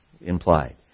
implied